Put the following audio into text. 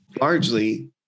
largely